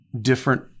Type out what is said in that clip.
different